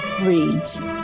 Reads